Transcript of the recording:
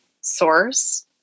source